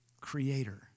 creator